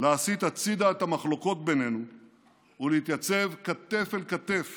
להסיט הצידה את המחלוקות בינינו ולהתייצב כתף אל כתף